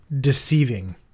deceiving